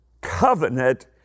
covenant